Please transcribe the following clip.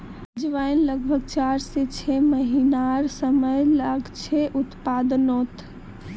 अजवाईन लग्ब्भाग चार से छः महिनार समय लागछे उत्पादनोत